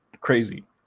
crazy